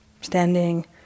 standing